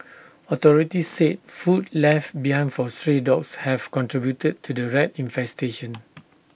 authorities said food left behind for stray dogs have contributed to the rat infestation